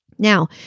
Now